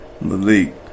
Malik